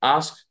Ask